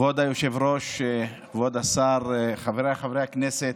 כבוד היושב-ראש, כבוד השר, חבריי חברי הכנסת,